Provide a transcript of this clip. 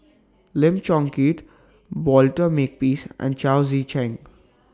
Lim Chong Keat Walter Makepeace and Chao Tzee Cheng